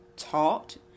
Taught